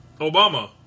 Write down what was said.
Obama